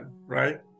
right